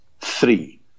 three